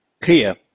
clear